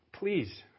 Please